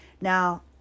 Now